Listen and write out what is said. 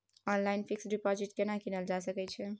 Online fix deposit केना कीनल जा सकै छी?